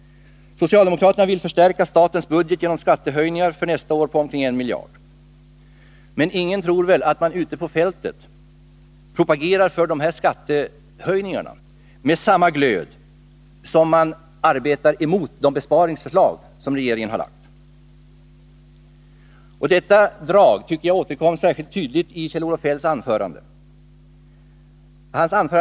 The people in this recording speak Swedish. Socialdemokraterna vill förstärka statens budget genom skattehöjningar för nästa år på omkring 1 miljard. Men ingen tror väl att de ute i samhället propagerar för dessa skattehöjningar med samma glöd med vilken de arbetar emot de besparingsförslag som regeringen har lagt fram. Detta drag tycker jag återkommer särskilt tydligt i Kjell-Olof Feldts anförande.